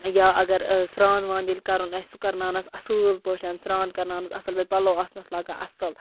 یا اگر سرٛان وان ییٚلہِ کَرُن آسہِ سُہ کَرناونَس اصل پٲٹھۍ سرٛان کَرناونَس اصل پٲٹھۍ پَلو آسنَس لاگان اصل